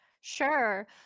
Sure